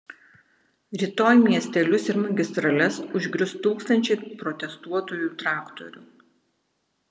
rytoj miestelius ir magistrales užgrius tūkstančiai protestuotojų traktorių